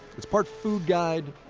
it's part food guide,